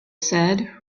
said